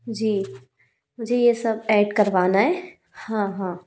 जी मुझे ये सब ऐड करवाना है हाँ हाँ